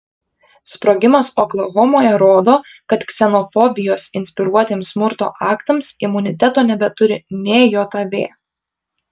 sprogimas oklahomoje rodo kad ksenofobijos inspiruotiems smurto aktams imuniteto nebeturi nė jav